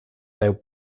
deu